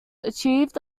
achieved